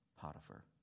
Potiphar